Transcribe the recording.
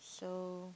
so